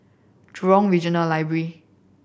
Jurong Regional Library